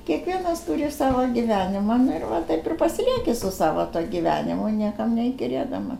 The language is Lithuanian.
kiekvienas turi savo gyvenimą nu ir va taip ir pasilieki su savo tuo gyvenimu niekam neįkyrėdama